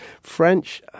French